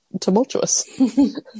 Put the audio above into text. tumultuous